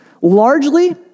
largely